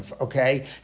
okay